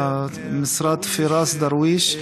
המשרד פיראס דרוויש,